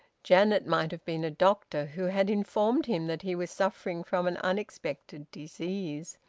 janet might have been a doctor who had informed him that he was suffering from an unexpected disease,